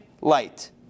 light